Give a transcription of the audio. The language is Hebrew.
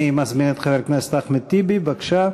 אני מזמין את חבר הכנסת אחמד טיבי, בבקשה.